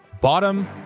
bottom